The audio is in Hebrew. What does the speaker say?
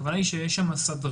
הכוונה היא שיהיו שם סדרנים,